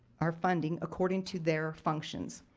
our funding according to their functions.